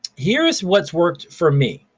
here's what's worked for me.